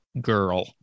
girl